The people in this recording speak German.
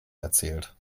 erzählt